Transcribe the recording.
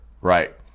Right